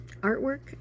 artwork